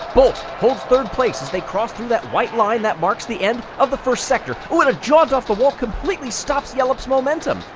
bolt holds third place as they cross through that white line that marks the end of the first sector. ooh, and a jaunt off the wall completely stops ylp's momentum!